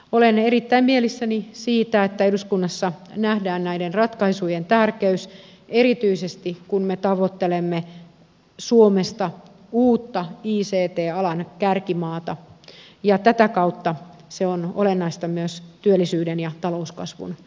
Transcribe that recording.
olen erittäin mielissäni siitä että eduskunnassa nähdään näiden ratkaisujen tärkeys erityisesti kun me tavoittelemme suomesta uutta ict alan kärkimaata ja tätä kautta se on olennaista myös työllisyyden ja talouskasvun näkökulmasta